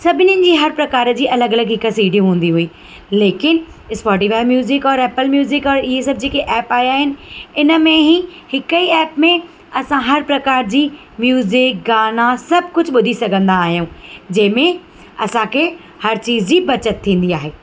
सभिनीनि जी हर प्रकार जी अलॻि अलॻि हिकु सी डी हूंदी हुई लेकिन स्पॉटिफाई म्यूज़िक और एप्पल म्यूज़िक और ईअं सभु जेके ऐप आया आहिनि इन में हीउ हिक ई ऐप में असां हर प्रकार जी म्यूज़िक गाना सभु कुझु ॿुधी सघंदा आहियूं जंहिं में असांखे हर चीज जी बचति थींदी आहे